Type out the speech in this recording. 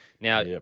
Now